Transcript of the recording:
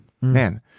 man